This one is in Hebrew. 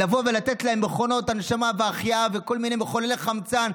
לבוא ולתת להם מכונות הנשמה והחייאה וכל מיני מחוללי חמצן,